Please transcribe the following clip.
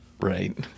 Right